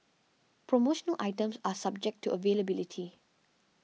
promotional items are subject to availability